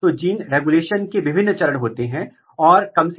यह हम आनुवंशिक विश्लेषण करके हल कर सकते हैं आप कैसे कर सकते हैं